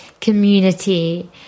community